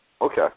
Okay